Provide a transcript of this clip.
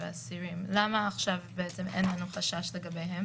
שהוא יציאת האסיר לבית המשפט,